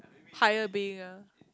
higher bay ah